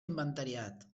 inventariat